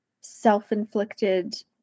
self-inflicted